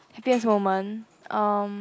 happiest moment um